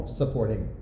supporting